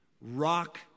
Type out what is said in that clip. rock